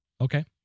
Okay